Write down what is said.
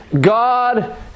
God